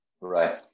Right